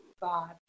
God